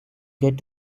get